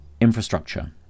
infrastructure